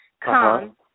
come